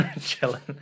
Chilling